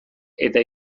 eta